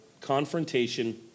confrontation